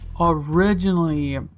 originally